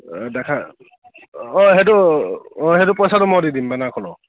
দেখা অ সেইটো অ সেইটো পইচাটো মই দি দিম বেনাৰখনৰ